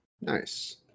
nice